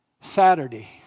Saturday